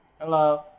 Hello